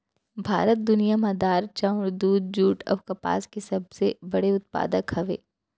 भारत दुनिया मा दार, चाउर, दूध, जुट अऊ कपास के सबसे बड़े उत्पादक हवे